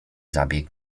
zabieg